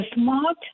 Smart